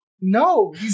no